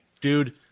Dude